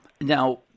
Now